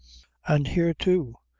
and here too,